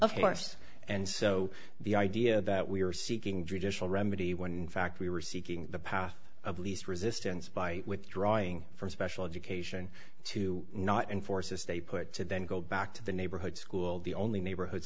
of course and so the idea that we are seeking judicial remedy when fact we were seeking the path of least resistance by withdrawing from special education to not enforce as they put to then go back to the neighborhood school the only neighborhood